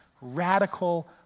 radical